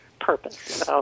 purpose